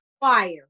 fire